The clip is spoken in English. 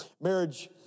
marriage